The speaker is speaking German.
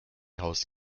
haus